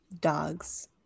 dogs